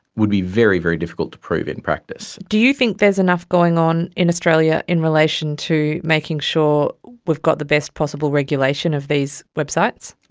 would be very, very difficult to prove in practice. do you think there is enough going on in australia in relation to making sure we've got the best possible regulation of these websites?